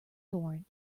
thorn